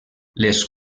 les